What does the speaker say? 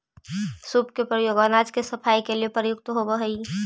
सूप के प्रयोग अनाज के सफाई के लिए प्रयुक्त होवऽ हई